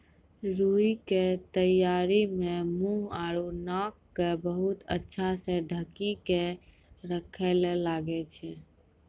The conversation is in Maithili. रूई के तैयारी मं मुंह आरो नाक क बहुत अच्छा स ढंकी क राखै ल लागै छै